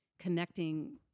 connecting